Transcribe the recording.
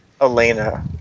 Elena